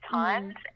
times